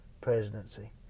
presidency